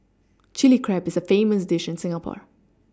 Chilli Crab is a famous dish in Singapore